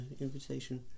invitation